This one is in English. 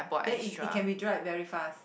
then it it can be dried very fast